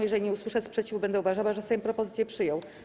Jeżeli nie usłyszę sprzeciwu, będę uważała, że Sejm propozycję przyjął.